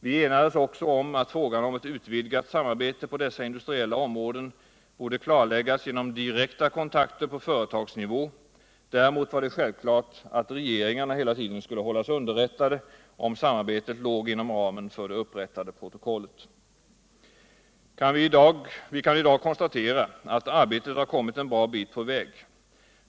Vi enades också om att förutsältningarna för ett utvidgat samarbete på dessa industriella områden först borde klarläggas genom direkta kontakter på företagsnivå. Däremot var det självklart att regeringarna hela tiden skulle hållas underrättade om utvecklingen när samarbetet låg inom ramen för det upprättade protokollet. Vi kan i dag konstatera att arbetet har kommit en bra bit på väg.